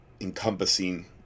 encompassing